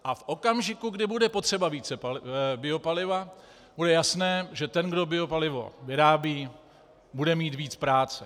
A v okamžiku, kdy bude potřeba více biopaliva, bude jasné, že ten, kdo biopalivo vyrábí, bude mít víc práce.